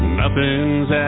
nothing's